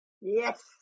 Yes